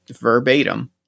verbatim